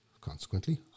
Consequently